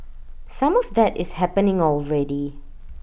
some of that is happening already